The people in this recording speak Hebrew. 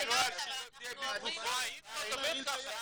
זה לא בנוהל שהיא לא תהיה בלי תרופות.